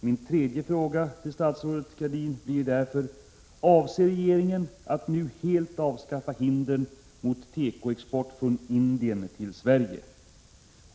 Min tredje fråga till statsrådet Gradin blir: Avser regeringen att nu helt avskaffa hindren mot tekoexport från Indien till Sverige?